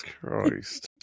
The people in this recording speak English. Christ